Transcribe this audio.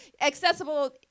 accessible